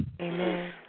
Amen